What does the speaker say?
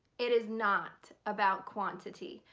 it is not about quantity.